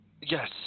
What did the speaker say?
Yes